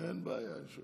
אין בעיה.